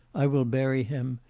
i will bury him,